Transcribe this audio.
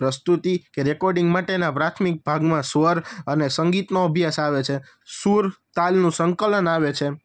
પ્રસ્તુતિ કે રેકોર્ડિંગ માટેના પ્રાથમિક ભાગમાં સ્વર અને સંગીતનો અભ્યાસ આવે છે સુર તાલનું સંકલન આવે છે